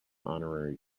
honorary